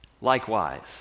Likewise